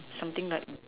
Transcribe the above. something like